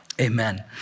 amen